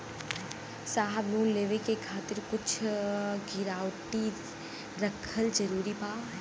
साहब लोन लेवे खातिर कुछ गिरवी रखल जरूरी बा?